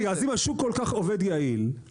אם השוק עובד כל כך יעיל,